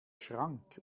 schrank